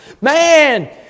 Man